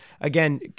again